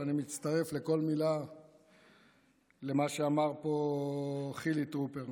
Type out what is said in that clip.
ואני מצטרף לכל מילה למה שאמר פה חילי טרופר.